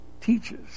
teaches